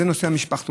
וזה נושא המשפחתונים.